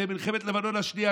במלחמת לבנון השנייה,